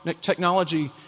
technology